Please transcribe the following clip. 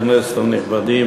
חברי הכנסת הנכבדים,